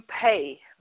pay